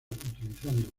utilizando